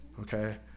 Okay